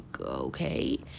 okay